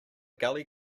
gully